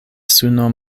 suno